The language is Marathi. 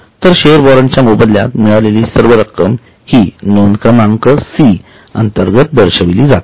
तर शेअर वॉरंट च्या मोबदल्यात मिळालेली सर्व रक्कम हि नोंद क्रमांक सी अंतर्गतदर्शविली जाते